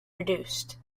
reduced